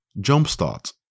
Jumpstart